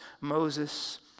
Moses